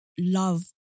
love